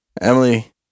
emily